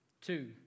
Two